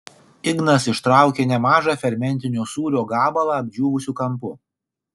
ignas ištraukė nemažą fermentinio sūrio gabalą apdžiūvusiu kampu